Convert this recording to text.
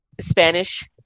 Spanish